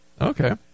okay